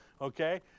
okay